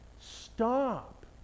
stop